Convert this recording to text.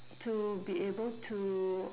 to be able to